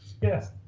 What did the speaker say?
Yes